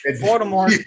Baltimore